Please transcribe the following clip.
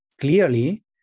clearly